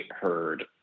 heard